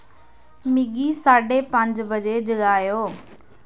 मिगी साढे पंज बजे जगाएओ